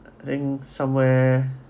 I think somewhere